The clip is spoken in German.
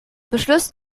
beschluss